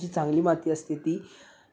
जी चांगली माती असते ती